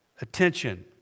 attention